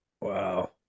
Wow